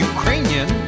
Ukrainian